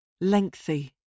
Lengthy